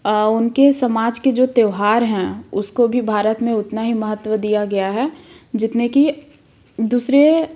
उनके समाज के जो त्योहार हैं उसको भी भारत में उतना दिया गया है जितने कि दूसरे